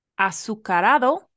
Azucarado